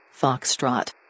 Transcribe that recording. Foxtrot